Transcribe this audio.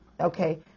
Okay